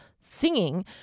singing